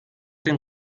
den